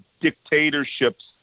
dictatorship's